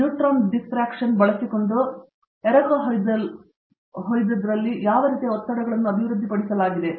neutron diffraction ಬಳಸಿಕೊಂಡು ಎರಕಹೊಯ್ದದಲ್ಲಿ ಯಾವ ರೀತಿಯ ಒತ್ತಡಗಳನ್ನು ಅಭಿವೃದ್ಧಿಪಡಿಸಲಾಗಿದೆ